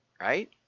right